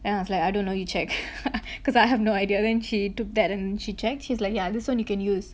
then I was like I don't know you check because I have no idea then she took that and she checked she's like yeah this one you can use